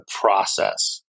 process